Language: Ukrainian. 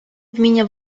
вміння